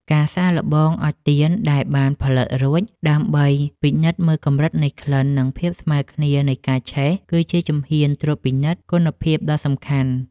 ការសាកល្បងអុជទៀនដែលបានផលិតរួច ដើម្បីពិនិត្យមើលកម្រិតនៃក្លិន និងភាពស្មើគ្នានៃការឆេះ គឺជាជំហានត្រួតពិនិត្យគុណភាពដ៏សំខាន់។